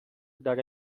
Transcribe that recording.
داره